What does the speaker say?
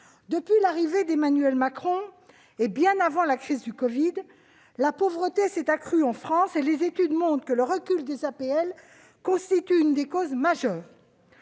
Depuis l'arrivée d'Emmanuel Macron, et bien avant la crise du covid, la pauvreté s'est accrue en France. Les études montrent que la baisse des APL en constitue l'une des causes majeures.